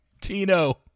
Tino